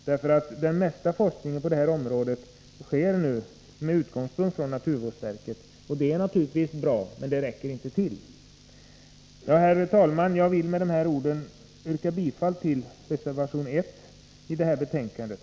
Det mesta av den forskning som bedrivs på det här området utgår ju från naturvårdsverket, och det är naturligtvis bra, men det räcker inte till. Herr talman! Jag vill med de här orden yrka bifall till reservation 1 vid betänkandet.